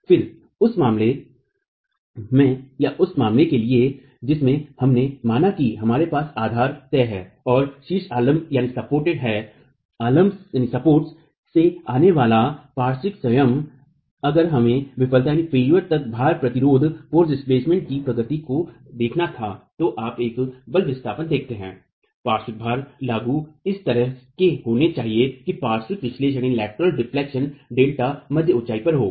फिर उस मामले के लिए जिसे हमने माना कि हमारे पास आधार तय है और शीर्ष आलंब है आलंब से आने वाला पार्श्व संयम अगर हमें विफलता तक भार प्रतिरोध की प्रगति को देखना था तो आप एक बल विस्थापन देखते हैं पार्श्व भार लागू इस तरह के होने चाहिए कि पार्श्व विक्षेपण डेटला मध्य ऊंचाई पर हों